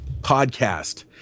podcast